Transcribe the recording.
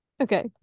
Okay